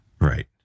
Right